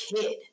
kid